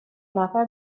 نفر